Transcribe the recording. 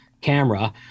camera